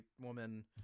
woman